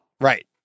Right